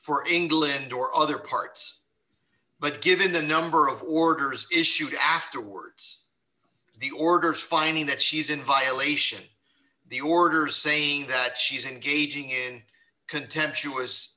for england or other parts but given the number of orders issued afterwards the orders finding that she's in violation of the orders saying that she's engaging in contemptuous